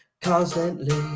constantly